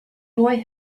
boy